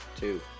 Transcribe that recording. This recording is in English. two